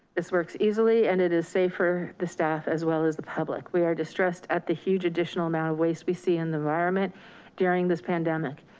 this works easily, and it is safe for the staff, as well as the public. we are distressed at the huge, additional amount of waste we see in the environment during this pandemic.